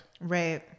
Right